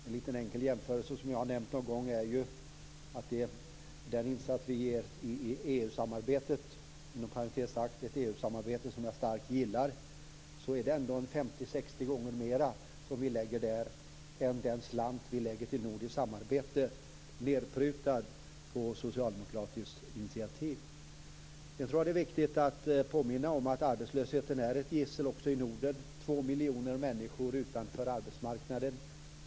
En liten enkel jämförelse som jag har nämnt någon gång är att den insats Sverige lägger i EU-samarbetet - inom parentes sagt ett EU-samarbete som jag starkt gillar - är 50-60 gånger större än den slant som läggs till det nordiska samarbete som är nedprutat på socialdemokratiskt initiativ. Jag tror att det är viktigt att påminna om att arbetslösheten är ett gissel också i Norden. Två miljoner människor står utanför arbetsmarknaden.